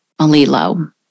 Malilo